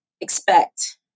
expect